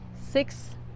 Six